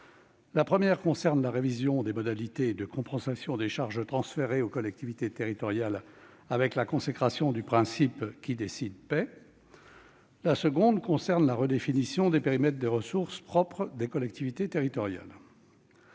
La première est la révision des modalités de compensation des charges transférées aux collectivités territoriales, avec la consécration du principe « qui décide paie ». La seconde est la redéfinition du périmètre des ressources propres des collectivités territoriales.